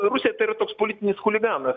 rusija tai yra toks politinis chuliganas